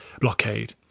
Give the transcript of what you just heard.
blockade